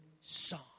song